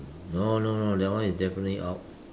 no no no that one is definitely out